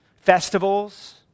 festivals